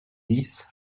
dix